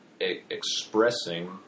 expressing